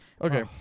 Okay